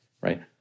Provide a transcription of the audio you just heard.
right